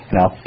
now